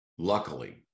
Luckily